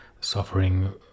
suffering